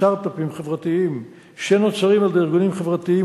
סטארט-אפים חברתיים שנוצרים על-ידי ארגונים חברתיים,